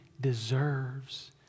deserves